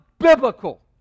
Biblical